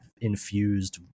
infused